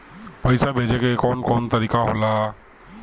पइसा भेजे के कौन कोन तरीका होला?